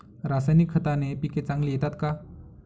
रासायनिक खताने पिके चांगली येतात का?